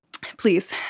please